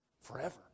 forever